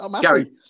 Gary